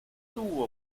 tuvo